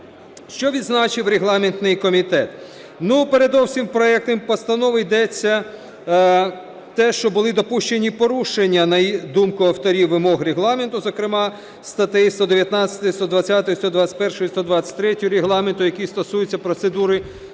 Що відзначив регламентний комітет? Ну, передовсім у проектах постанов йдеться те, що були допущені порушення, на думку авторів, вимог Регламенту, зокрема статті 119, 120, 121, 123 Регламенту, які стосуються процедури